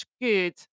good